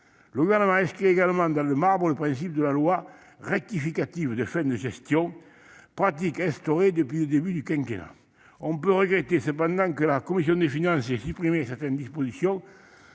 Le Gouvernement inscrit également dans le marbre le principe de la loi rectificative de fin de gestion, pratique instaurée depuis le début de ce quinquennat. On peut néanmoins regretter que la commission des finances ait supprimé certaines dispositions,